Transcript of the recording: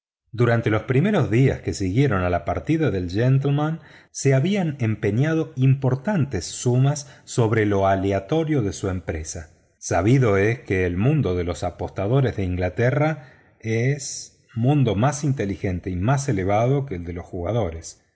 durante los primeros días que siguieron a la partida del gentleman se habían empeñado importantes sumas sobre lo aleatorio de su empresa sabido es que el mundo de los apostadores de inglaterra es mundo más inteligente y más elevado que el de los jugadores